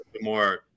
more